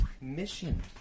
mission